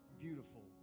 Beautiful